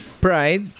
pride